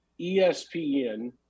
ESPN